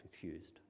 confused